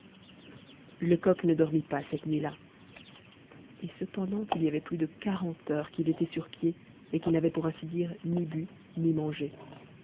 lecoq ne dormit pas cette nuit-là et cependant il y avait plus de quarante heures qu'il était sur pied et qu'il n'avait pour ainsi dire ni bu ni mangé